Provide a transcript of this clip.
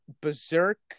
berserk